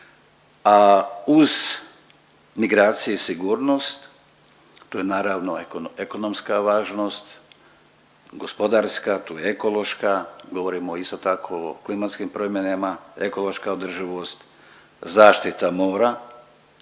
A uz migracije i sigurnost tu je naravno ekonomska važnost, gospodarska tu je ekološka, govorimo isto tako o klimatskim promjenama ekološka održivost, zaštita mora.